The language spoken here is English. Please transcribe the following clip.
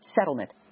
settlement